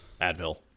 Advil